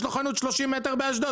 שיש לו חנות של 30 מטר באשדוד,